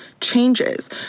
changes